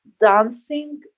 dancing